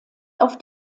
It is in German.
auf